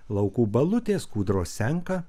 laukų balutės kūdros senka